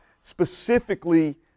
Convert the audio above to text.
specifically